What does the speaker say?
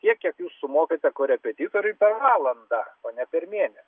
tiek kiek jūs sumokate korepetitoriui per valandą o ne per mėnesį